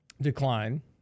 decline